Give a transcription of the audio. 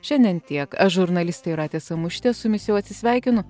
šiandien tiek aš žurnalistė jūratė samušytė su jumis jau atsisveikinu